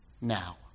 now